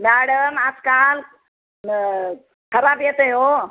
madam आजकाल म खराब येते हो